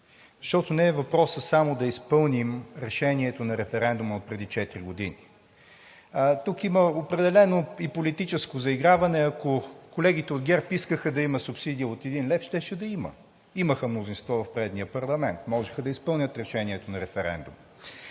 защото не е въпросът само да изпълним решението на референдума отпреди четири години. Тук определено има и политическо заиграване. Ако колегите от ГЕРБ искаха да има субсидия от един лев, щеше да има. Имаха мнозинство в предишния парламент, можеха да изпълнят решението на референдума.